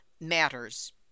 matters